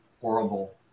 horrible